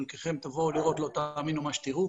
חלקכם תבואו לראות ולא תאמינו ממה שתארו.